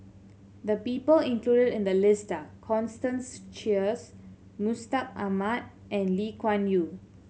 the people included in the list are Constance Sheares Mustaq Ahmad and Lee Kuan Yew